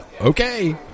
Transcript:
okay